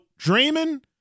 Draymond